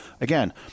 Again